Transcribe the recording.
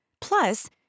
Plus